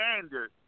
standard